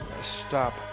Stop